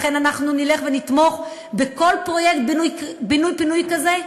ולכן אנחנו נלך ונתמוך בכל פרויקט בינוי פינוי כזה,